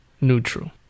neutral